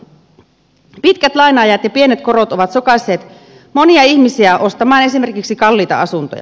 pitkät laina ajat ja pienet korot ovat sokaisseet monia ihmisiä ostamaan esimerkiksi kalliita asuntoja